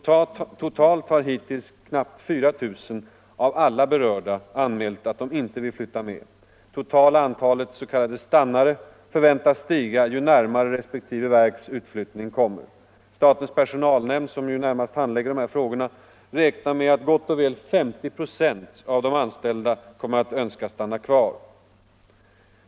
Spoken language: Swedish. Totalt har hittills knappt 4 000 av alla berörda anmält att de inte vill flytta med. Totala antalet s.k. stannare förväntas stiga ju närmare resp. verks utflyttning kommer. Statens personalnämnd, som närmast handlägger dessa frågor, räknar med att gott och väl hälften av de anställda kommer att önska stanna kvar.